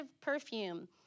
perfume